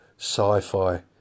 sci-fi